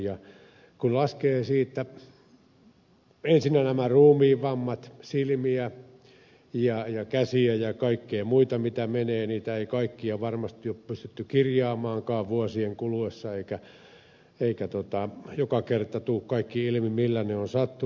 kun laskee siitä ensinnä nämä ruumiinvammat silmiä ja käsiä ja kaikkia muita mitä menee niin niitä ei kaikkia varmasti ole pystytty kirjaamaankaan vuosien kuluessa eikä joka kerta tule kaikista vahingoista ilmi millä ne ovat sattuneet